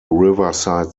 riverside